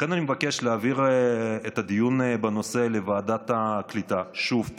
לכן אני מבקש להעביר את הדיון בנושא לוועדת הקליטה שוב,